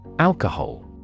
Alcohol